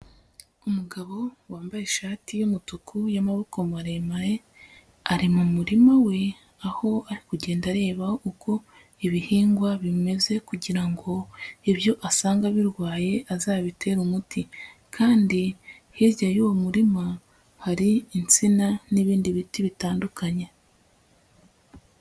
Umugabo wambaye ishati y'umutuku y'amaboko maremare, ari mu murima we aho ari kugenda areba uko ibihingwa bimeze kugira ngo ibyo asanga birwaye azabitere umuti kandi hirya y'uwo murima hari insina n'ibindi biti bitandukanye.